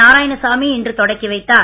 நாராயணசாமி இன்று தொடக்கி வைத்தார்